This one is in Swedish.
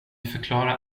förklara